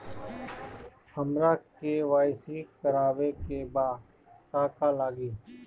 हमरा के.वाइ.सी करबाबे के बा का का लागि?